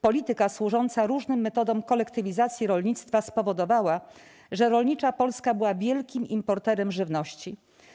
Polityka służąca różnym metodom kolektywizacji rolnictwa spowodowała, że rolnicza Polska była wielkim importerem żywności.